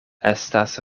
estas